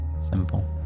Simple